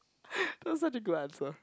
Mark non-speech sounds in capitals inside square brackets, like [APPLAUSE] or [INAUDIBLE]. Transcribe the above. [NOISE] that was such a good answer